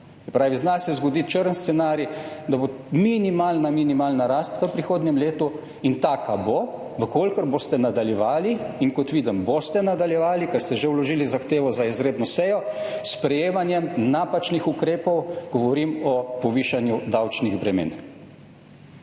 lahko se zgodi črni scenarij, da bo minimalna minimalna rast v prihodnjem letu, in taka bo, če boste nadaljevali – in kot vidim, boste nadaljevali, ker ste že vložili zahtevo za izredno sejo – s sprejemanjem napačnih ukrepov, govorim o povišanju davčnih bremen.